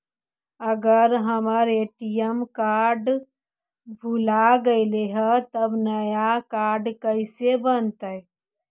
अगर हमर ATM card भुला गैलै हे तब नया काड कइसे बनतै?